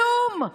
כלום?